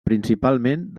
principalment